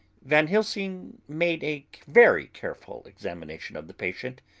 van helsing made a very careful examination of the patient.